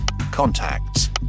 Contacts